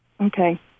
Okay